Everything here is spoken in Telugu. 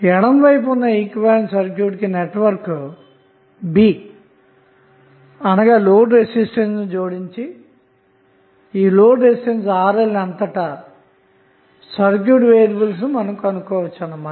ఎడమ వైపు ఉన్న ఈక్వివలెంట్ సర్క్యూట్ ని నెట్వర్క్ B అనగా లోడ్ రెసిస్టెన్స్ కు జోడించి RL అంతటా గల సర్క్యూట్ వేరియబుల్స్ను కనుగొనవచ్చు అన్నమాట